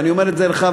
ואני אומר את זה לך,